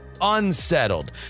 unsettled